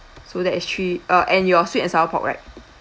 so that is three uh and your sweet and sour pork right